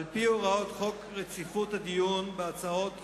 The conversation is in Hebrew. על-פי הוראות חוק רציפות הדיון בהצעות חוק,